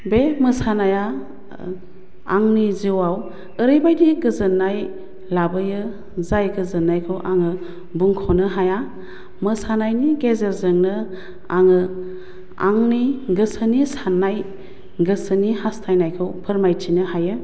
बे मोसानाया आंनि जिउआव ओरैबायदि गोजोन्नाय लाबोयो जाय गोजोन्नायखौ आङो बुंख'नो हाया मोसानायनि गेजेरजोंनो आङो आंनि गोसोनि सान्नाय गोसोनि हास्थायनायखौ फोरमायथिनो हायो